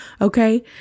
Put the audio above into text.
Okay